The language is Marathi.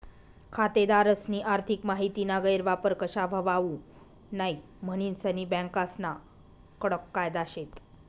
खातेदारस्नी आर्थिक माहितीना गैरवापर कशा व्हवावू नै म्हनीन सनी बँकास्ना कडक कायदा शेत